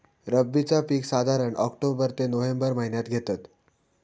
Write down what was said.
रब्बीचा पीक साधारण ऑक्टोबर ते नोव्हेंबर महिन्यात घेतत